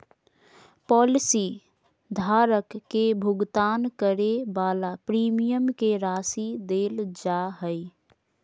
policy धारक के भुगतान करे वाला प्रीमियम के राशि देल जा हइ